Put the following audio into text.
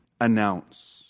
announce